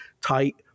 tight